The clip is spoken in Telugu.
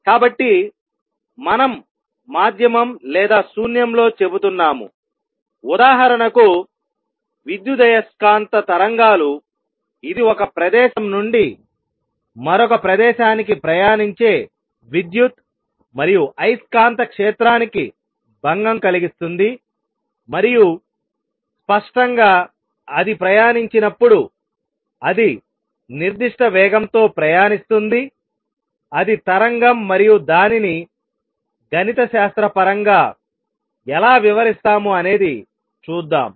కాబట్టిమనం మాధ్యమం లేదా శూన్యంలో చెబుతున్నాము ఉదాహరణకు విద్యుదయస్కాంత తరంగాలు ఇది ఒక ప్రదేశం నుండి మరొక ప్రదేశానికి ప్రయాణించే విద్యుత్ మరియు అయస్కాంత క్షేత్రానికి భంగం కలిగిస్తుంది మరియు స్పష్టంగా అది ప్రయాణించినప్పుడు అది నిర్దిష్ట వేగంతో ప్రయాణిస్తుంది అది తరంగం మరియు దానిని గణితశాస్త్రపరంగా ఎలా వివరిస్తాము అనేది చూద్దాం